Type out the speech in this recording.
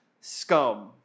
scum